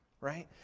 right